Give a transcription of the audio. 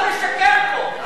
מותר לשקר פה.